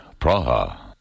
Praha